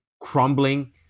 crumbling